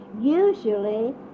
usually